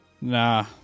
Nah